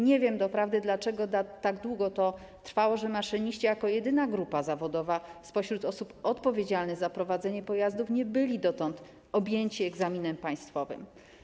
Nie wiem doprawdy, dlaczego tak długo to trwało, że maszyniści, jako jedyna grupa zawodowa spośród osób odpowiedzialnych za prowadzenie pojazdów, nie byli dotąd objęci egzaminem państwowym.